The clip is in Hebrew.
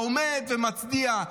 עומד ומצדיע.